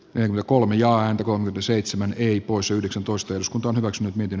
eno kolme ja häntä kohde seitsemän hippos yhdeksäntoista uskontoon ovat nyt niiden